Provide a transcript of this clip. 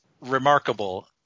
remarkable